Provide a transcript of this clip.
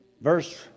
verse